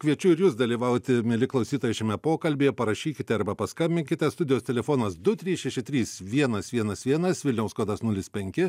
kviečiu ir jus dalyvauti mieli klausytojai šiame pokalbyje parašykite arba paskambinkite studijos telefonas du trys šeši trys vienas vienas vienas vilniaus kodas nulis penki